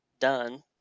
done